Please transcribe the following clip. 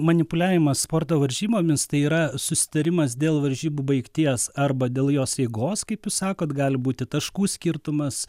manipuliavimą sporto varžybomis tai yra susitarimas dėl varžybų baigties arba dėl jos eigos kaip sakote gali būti taškų skirtumas